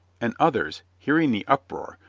and others, hearing the uproar,